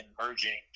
merging